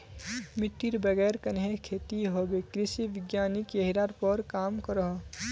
मिटटीर बगैर कन्हे खेती होबे कृषि वैज्ञानिक यहिरार पोर काम करोह